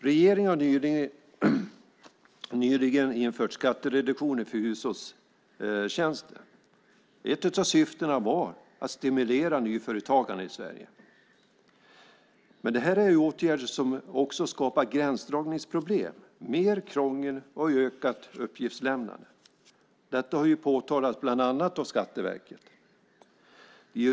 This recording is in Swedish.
Regeringen har nyligen infört skattereduktion för hushållstjänster. Ett av syftena var att stimulera nyföretagande i Sverige. Men det är åtgärder som också skapar gränsdragningsproblem, mer krångel och ökat uppgiftslämnande. Detta har påtalats bland annat av Skatteverket.